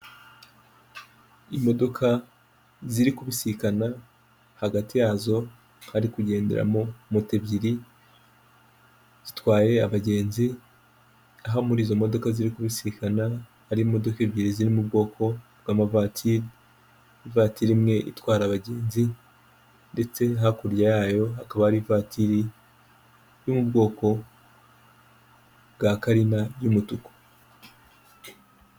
Imodoka ziri kubisikana hagati yazo hari kugenderamo moto ebyiri zitwaye abagenzi, aho muri izo modoka ziri kubisikana hari imodoka ebyiri ziri mu bwoko bw'amavatiri, ivatiri imwe itwara abagenzi ndetse hakurya yayo hakaba hari ivatiri yo mu bwoko bwa karina y'umutuku.